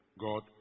God